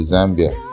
Zambia